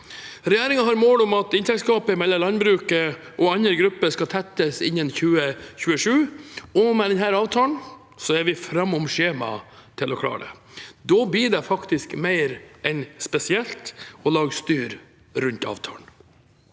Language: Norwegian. Regjeringen har mål om at inntektsgapet mellom landbruket og andre grupper skal tettes innen 2027, og med denne avtalen er vi foran skjema for å klare det. Da blir det faktisk mer enn spesielt å lage styr rundt avtalen.